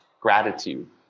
gratitude